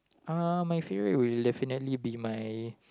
uh my favourite would definitely be my